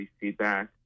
feedback